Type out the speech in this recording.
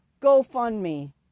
GoFundMe